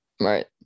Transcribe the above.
Right